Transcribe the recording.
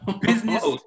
Business